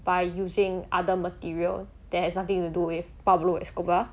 by using other material that has nothing to do with pablo escobar